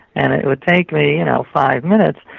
and it would take me you know five minutes,